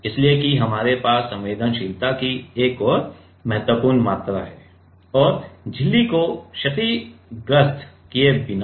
इसलिए कि हमारे पास संवेदनशीलता की एक महत्वपूर्ण मात्रा है और झिल्ली को क्षतिग्रस्त किये बिना